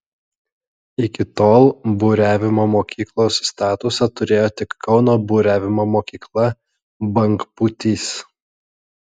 iki tol buriavimo mokyklos statusą turėjo tik kauno buriavimo mokykla bangpūtys